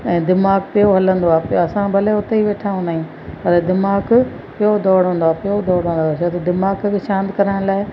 ऐं दिमाग़ पियो हलंदो आहे असां भले हुते ई वेठा हूंदा आहियूं पर दिमाग़ पियो दौड़ंदो आहे पियो दोड़ंदो आहे दिमाग़ खे शांति करण लाइ